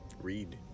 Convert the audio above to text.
Read